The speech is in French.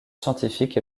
scientifique